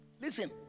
listen